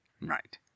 Right